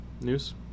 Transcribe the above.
News